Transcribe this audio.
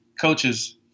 coaches